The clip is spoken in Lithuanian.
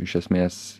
iš esmės